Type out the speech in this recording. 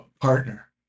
partner